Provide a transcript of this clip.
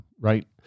Right